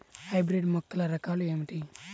Hybrid మొక్కల రకాలు ఏమిటీ?